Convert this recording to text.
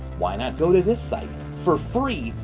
why not go to this site? for free,